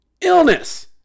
Illness